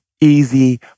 easy